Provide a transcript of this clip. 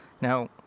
Now